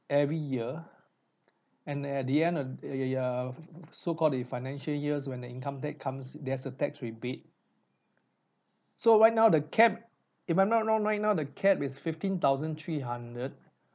every year and at the end of ya ya ya so called the financial years when the income tax comes there's a tax rebate so right now the cap if I'm not wrong right now the cap is fifteen thousand three hundred